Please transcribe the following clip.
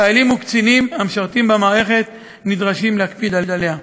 חיילים וקצינים המשרתים במערכת נדרשים להקפיד עליה.